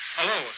Hello